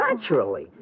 Naturally